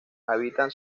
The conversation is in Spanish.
habitan